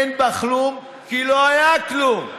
אין בה כלום כי לא היה כלום.